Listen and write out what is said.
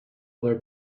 other